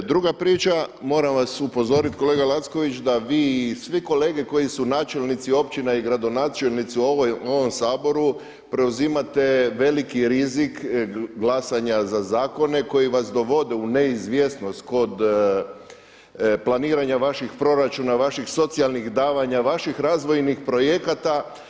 Druga priča, moram vas upozoriti kolega Lacković da vi i svi kolege koji su načelnici općina i gradonačelnici u ovom Saboru preuzimate veliki rizik glasanja za zakone koji vas dovode u neizvjesnost kod planiranja vaših proračuna, vaših socijalnih davanja, vaših razvojnih projekata.